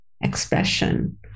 expression